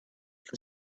the